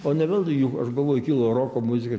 o ne veltui juk aš galvoju kilo roko muzika